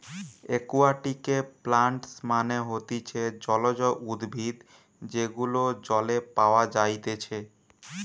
একুয়াটিকে প্লান্টস মানে হতিছে জলজ উদ্ভিদ যেগুলো জলে পাওয়া যাইতেছে